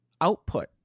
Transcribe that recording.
output